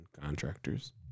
contractors